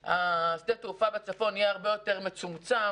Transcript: ששדה התעופה בצפון יהיה הרבה יותר מצומצם,